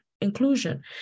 inclusion